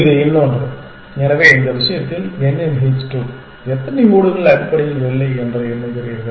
இது இன்னொன்று எனவே இந்த விஷயத்தில் n இன் h2 எத்தனை ஓடுகள் அடிப்படையில் இல்லை என்று எண்ணுகிறீர்கள்